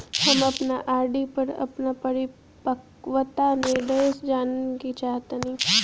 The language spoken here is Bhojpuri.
हम अपन आर.डी पर अपन परिपक्वता निर्देश जानेके चाहतानी